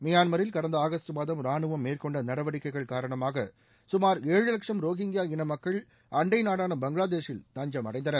மியான்மரில் கடந்த ஆகஸ்டு மாதம் ரானுவம் மேற்கொண்ட நடவடிக்கைகள் காரணமாக சுமார் ஏழு லட்சம் ரோஹிங்கியா இன மக்கள் அண்டை நாடான பங்களாதேஷில் தஞ்சம் அடைந்தனர்